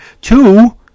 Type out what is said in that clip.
Two